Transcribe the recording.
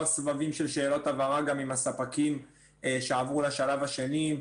סבבים של שאלות הבהרה גם עם הספקים שעברו לשלב השני.